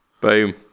boom